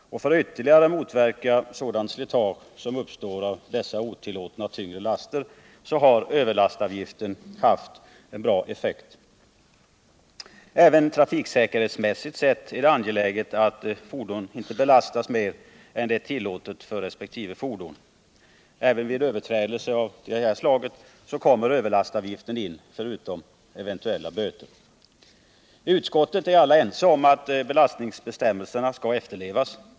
För att ytterligare motverka sådant slitage som uppstår av dessa otillåtna tyngre laster har överlastavgiften haft en bra effekt. Även trafiksäkerhetsmässigt sett är det angeläget att fordon inte belastas mer än det är tillåtet för resp. fordon. Också vid överträdelse av detta slag kommer överlastavgiften in, förutom eventuella böter. I utskottet är alla ense om att belastningsbestämmelserna skall efterlevas.